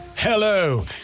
Hello